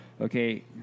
Okay